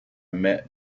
met